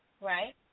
right